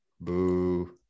Boo